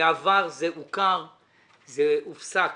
בעבר זה הוכר אבל זה הופסק